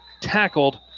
tackled